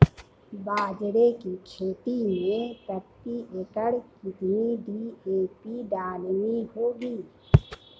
बाजरे की खेती में प्रति एकड़ कितनी डी.ए.पी डालनी होगी?